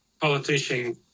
politician